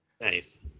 Nice